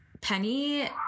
Penny